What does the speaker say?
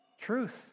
truth